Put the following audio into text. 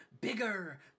bigger